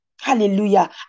Hallelujah